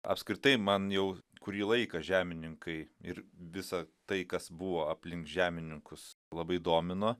apskritai man jau kurį laiką žemininkai ir visa tai kas buvo aplink žemininkus labai domino